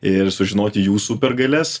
ir sužinoti jų supergalias